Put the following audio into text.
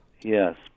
Yes